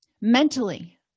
Mentally